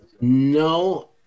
No